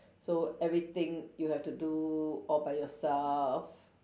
so everything you have to do all by yourself